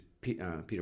Peter